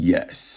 Yes